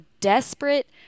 desperate